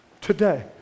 today